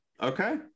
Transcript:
okay